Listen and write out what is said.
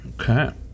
okay